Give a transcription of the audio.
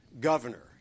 governor